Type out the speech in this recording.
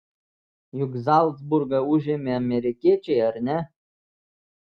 juk zalcburgą užėmė amerikiečiai ar ne